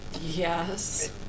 yes